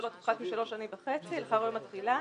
שלא תפחת משלוש שנים וחצי לאחר יום התחילה